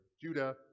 Judah